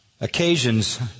occasions